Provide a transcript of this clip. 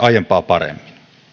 aiempaa paremmin